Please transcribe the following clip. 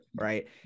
Right